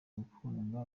gukundwa